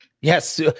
Yes